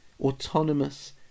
autonomous